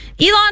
Elon